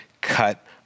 cut